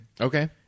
Okay